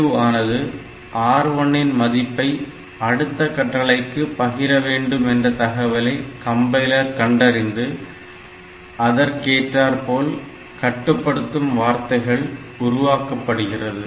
ALU ஆனது R1 இன் மதிப்பை அடுத்த கட்டளைக்கு பகிர வேண்டும் என்ற தகவலை கம்பைலர் கண்டறிந்து அதற்கேற்றார்போல் கட்டுபடுத்தும் வார்த்தைகள் உருவாக்கப்படுகிறது